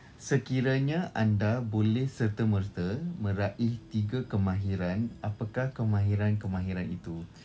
sekiranya anda boleh serta-merta meraih tiga kemahiran apakah kemahiran-kemahiran itu